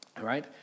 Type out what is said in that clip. right